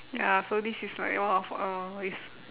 ya so this is like one of a it's